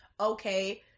Okay